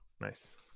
nice